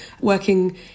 working